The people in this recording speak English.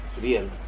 Real